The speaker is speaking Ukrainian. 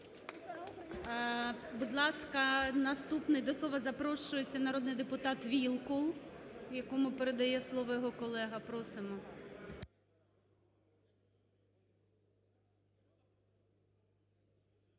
Будь ласка, наступний до слова запрошується народний депутат Вілкул, якому передає слово його колега. Просимо.